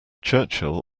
churchill